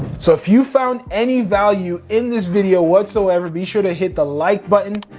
so if you found any value in this video whatsoever, be sure to hit the like button,